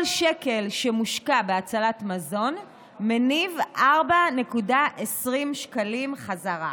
כל שקל שמושקע בהצלת מזון מניב, 4.20 שקלים חזרה.